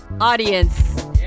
audience